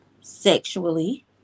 sexually